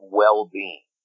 well-being